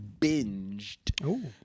binged